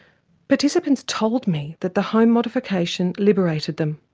participants told me that the home modification liberated them.